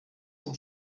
dem